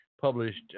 published